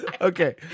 Okay